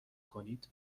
کنید